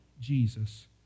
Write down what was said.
Jesus